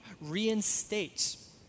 reinstates